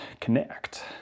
Connect